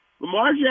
Lamar